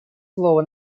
слово